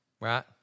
Right